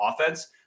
offense